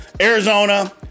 Arizona